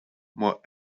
more